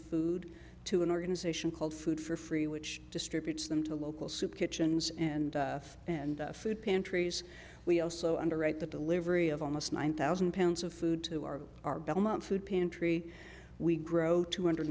food to an organization called food for free which distributes them to local soup kitchens and and food pantries we also underwrite the delivery of almost one thousand pounds of food to our our belmont food pantry we grow two hundred